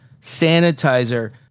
sanitizer